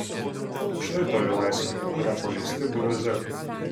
štai toji laisvė į kurią paleisti buvę zekai